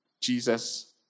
Jesus